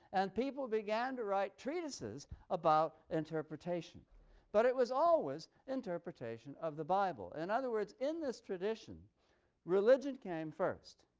and people began to write treatises about interpretation but it was always interpretation of the bible. in other words, in this tradition religion came first.